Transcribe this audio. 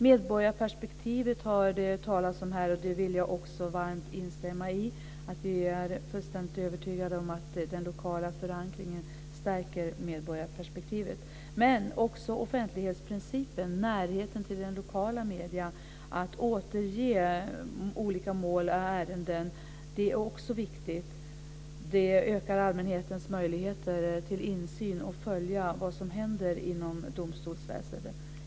Medborgarperspektivet har det talats om här, och det vill jag varmt instämma i. Vi är fullständigt övertygade om att den lokala förankringen stärker medborgarperspektivet. Men offentlighetsprincipen, närheten till lokala medier och att återge olika mål är också viktigt. Det ökar allmänhetens möjligheter till insyn och till att följa vad som händer inom domstolsväsendet.